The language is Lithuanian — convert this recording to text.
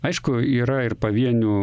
aišku yra ir pavienių